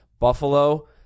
Buffalo